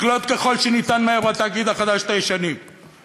לקלוט מהר ככל שניתן את הישנים בתאגיד החדש.